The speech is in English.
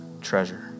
treasure